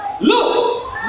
Look